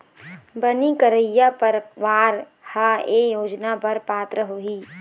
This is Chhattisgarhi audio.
बनी करइया परवार ह ए योजना बर पात्र होही